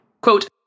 Quote